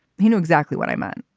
he knew exactly what i meant.